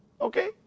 Okay